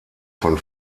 von